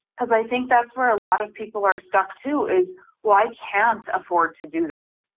because i think that's where a lot of people are stuck to is why can't afford to do that.